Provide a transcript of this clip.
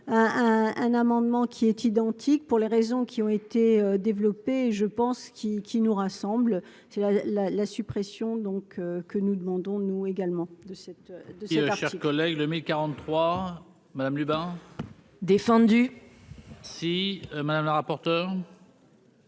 un amendement qui est identique pour les raisons qui ont été développés, je pense qui qui nous rassemble, c'est la la la suppression donc que nous demandons-nous également de cette. C'est cher collègue le 1043 madame Lubin. Défendu. Si Madame la rapporteure.